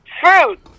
fruit